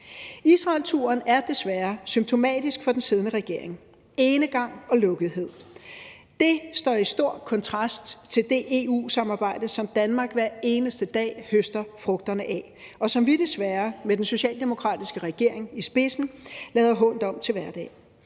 Israelturen er desværre symptomatisk for den siddende regerings tilgang: enegang og lukkethed. Det står i stor kontrast til det EU-samarbejde, som Danmark hver eneste dag høster frugterne af, og som vi desværre med den socialdemokratiske regering i spidsen lader hånt om til hverdag.